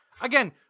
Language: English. Again